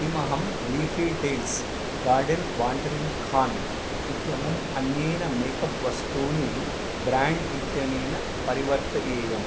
किमहं leafy tales garden wandering खान् इत्यमुम् अन्येन मेकप् वस्तूनि ब्र्याण्ड् इत्यनेन परिवर्तयेयम्